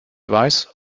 weiß